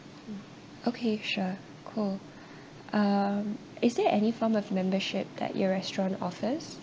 okay sure cool um is there any form of membership that your restaurant offers